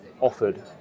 offered